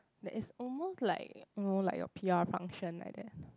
that is almost like you know like your p_r function like that